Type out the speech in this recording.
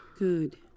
Good